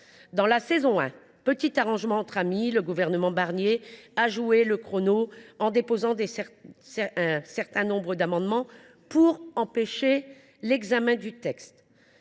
Dans la saison 1,, le gouvernement Barnier a joué le chrono en déposant un certain nombre d’amendements pour empêcher l’examen du texte